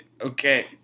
Okay